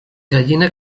gallina